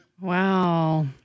Wow